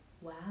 wow